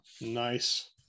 Nice